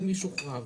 ומי שוחרר?